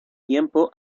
tiempo